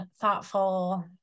thoughtful